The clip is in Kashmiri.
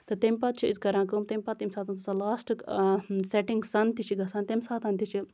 تہٕ تَمہِ پَتہٕ چھِ أسۍ کران کٲم تَمہِ پَتہٕ سۄ یہِ لاسٹُک سٮ۪ٹِنگ سَن تہِ چھِ گژھان تَمہِ ساتہٕ تہِ چھِ